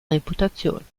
reputation